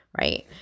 right